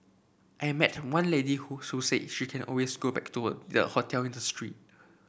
I met one lady who so said she can always go back to a their hotel industry